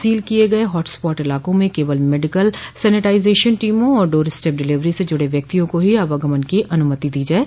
seal किये गये hot spot इलाकों में केवल मेडिकल सैनिटाईजेशन टीमों और डोर स्टेप डिलीवरी से जुड़े व्यक्तियों को ही आवागमन की अनुमति दी जाये